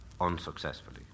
unsuccessfully